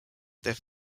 their